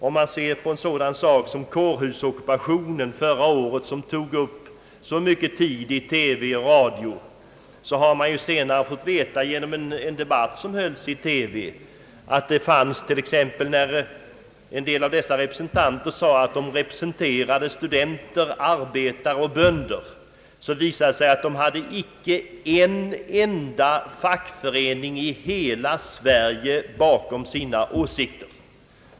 Om vi ser på en sådan sak som kårhusockupationen förra året, som tog upp så mycken tid i TV och radio, så har vi senare i en TV-debatt fått veta att när en del av dessa demonstranter sade sig representera studenter, arbetare och bönder så hade de inte en enda fackförening i hela Sverige bakom sig.